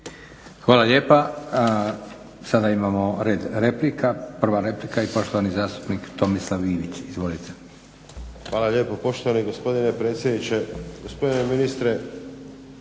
Hvala lijepa. Sada imamo red replika. Prva replika i poštovani zastupnik Tomislav Ivić. Izvolite. **Ivić, Tomislav (HDZ)** Hvala lijepo poštovani gospodine predsjedniče. Gospodine ministre,